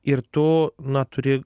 ir to na turi